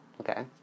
Okay